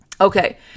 Okay